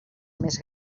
més